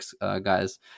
guys